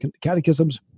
Catechisms